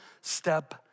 step